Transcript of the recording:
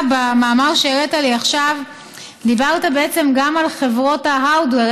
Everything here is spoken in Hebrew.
במאמר שהראית לי עכשיו דיברת בעצם גם על חברות ה-hardware,